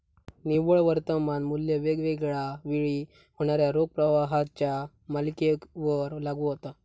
निव्वळ वर्तमान मू्ल्य वेगवेगळा वेळी होणाऱ्यो रोख प्रवाहाच्यो मालिकेवर लागू होता